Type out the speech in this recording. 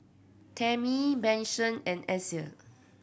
Tami Manson and Axel